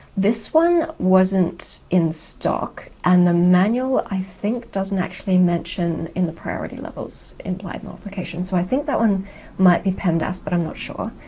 this one wasn't in stock and the manual i think doesn't actually mention in the priority levels implied multiplication so i think that one might be pemdas but i'm not sure.